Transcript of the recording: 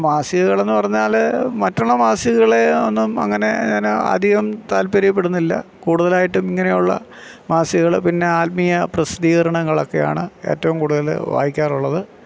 മാസികകളെന്ന് പറഞ്ഞാൽ മറ്റുള്ള മാസികകളെ ഒന്നും അങ്ങനെ ഞാൻ അധികം താല്പര്യപ്പെടുന്നില്ല കൂടുതലായിട്ടും ഇങ്ങനെയുള്ള മാസികകൾ പിന്നെ ആത്മീയ പ്രസിദ്ധീകരണങ്ങളൊക്കെയാണ് ഏറ്റവും കൂടുതൽ വായിക്കാറുള്ളത്